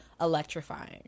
electrifying